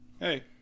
hey